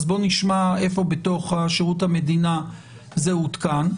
אז בואו נשמע איפה בתוך שירות המדינה זה עודכן.